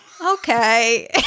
Okay